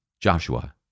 Joshua